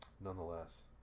nonetheless